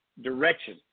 direction